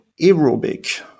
aerobic